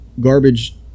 garbage